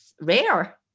rare